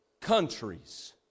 countries